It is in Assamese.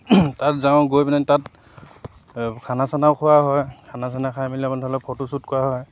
তাত যাওঁ গৈ পেলাহেনি তাত খানা চানাও খোৱা হয় খানা চানা খাই মেলি আপুনি ধৰি লওক ফটোশ্বট কৰা হয়